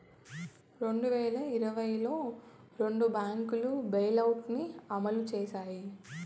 రెండు వేల ఇరవైలో రెండు బ్యాంకులు బెయిలౌట్ ని అమలు చేశాయి